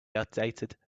outdated